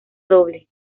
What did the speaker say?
doble